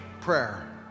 prayer